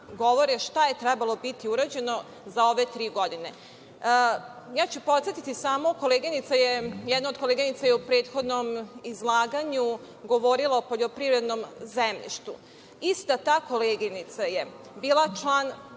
šta je trebalo biti urađeno za ove tri godine. Podsetiću samo, jedna od koleginica je u prethodnom izlaganju govorila o poljoprivrednom zemljištu, a ista ta koleginica je bila član